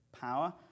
power